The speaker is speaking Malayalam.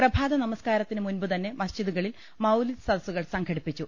പ്രഭാത നമസ്കാരത്തിന് മുൻപുതന്നെ മസ്ജിദുകളിൽ മൌലിദ് സദസ്സുകൾ സംഘടിപ്പിച്ചു